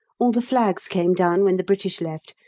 all the flags came down when the british left,